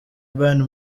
bayern